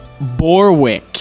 Borwick